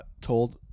told